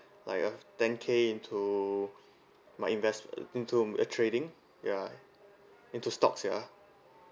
like a ten K into my invest into mm a trading ya into stocks ya